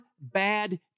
bad